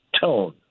tone